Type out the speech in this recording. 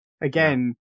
again